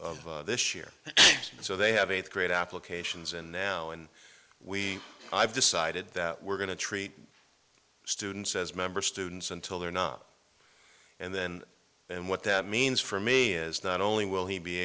of this year so they have eighth grade applications and now and we have decided that we're going to treat students as members students until they're not and then and what that means for me is not only will he be